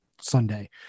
Sunday